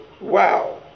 Wow